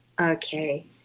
okay